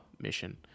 mission